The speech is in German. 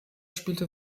spielte